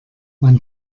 man